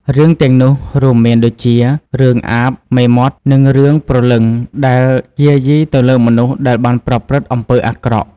រឿងទាំងនោះរួមមានដូចជា រឿង អាប មេមត់ និងរឿងព្រលឹងដែលយាយីទៅលើមនុស្សដែលបានប្រព្រឹត្តអំពើអាក្រក់។